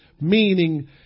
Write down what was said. Meaning